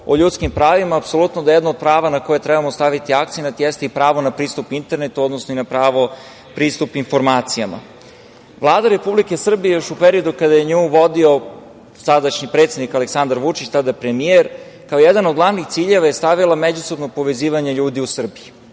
o ljudskim pravima apsolutno da jedno od prava na koje treba staviti akcenat jeste i pravo na pristup internetu, odnosno na pravo pristupa informacijama. Vlada Republike Srbije još u periodu kada je nju vodio sadašnji predsednik Aleksandar Vučić, tada premijer, kao jedan od glavnih ciljeva je stavila međusobno povezivanje ljudi u Srbiji.